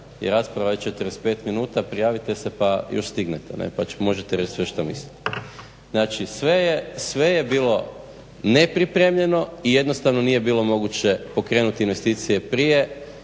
je rasprava 45 minuta prijavite se pa još stignete pa još stignete pa možete reći sve što mislite. Znači sve je bilo nepripremljeno i jednostavno nije bilo moguće pokrenuti investicije prije